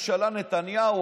התנגדו.